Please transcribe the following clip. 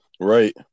Right